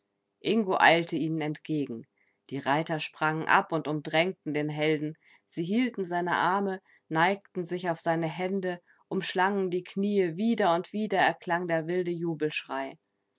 ingo eilte ihnen entgegen die reiter sprangen ab und umdrängten den helden sie hielten seine arme neigten sich auf seine hände umschlangen die knie wieder und wieder erklang der wilde